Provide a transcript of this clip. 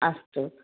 अस्तु